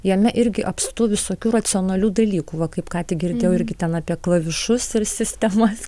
jame irgi apstu visokių racionalių dalykų va kaip ką tik girdėjau irgi ten apie klavišus ir sistemas